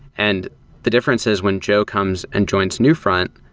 and the difference is when joe comes and joins newfront,